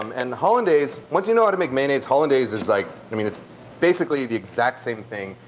um and hollandaise once you know how to make mayonnaise, hollandaise is like i mean it's basically the exact same thing.